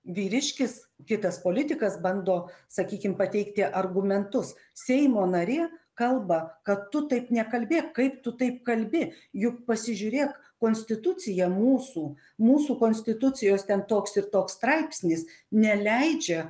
vyriškis kitas politikas bando sakykim pateikti argumentus seimo narė kalba kad tu taip nekalbėk kaip tu taip kalbi juk pasižiūrėk konstituciją mūsų mūsų konstitucijos ten toks ir toks straipsnis neleidžia